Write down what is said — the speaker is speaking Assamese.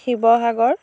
শিৱসাগৰ